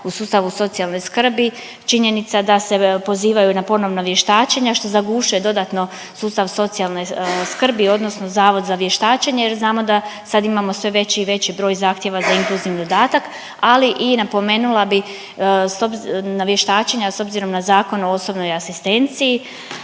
u sustavu socijalne skrbi, činjenica da se pozivaju na ponovna vještačenja što zagušuje dodatno sustav socijalne skrbi odnosno Zavod za vještačenja jer znamo da sad imamo sve veći i veći broj zahtjeva za inkluzivni dodatak ali i napomenula bi na vještačenja s obzirom na Zakon o osobnoj asistenciji